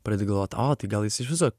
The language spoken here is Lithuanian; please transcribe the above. pradedi galvot o tai gal jis iš viso